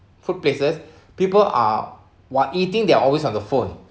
food places people are while eating they're always on the phone